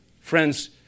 Friends